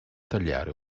tagliare